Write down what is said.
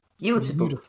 beautiful